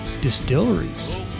distilleries